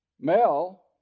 Mel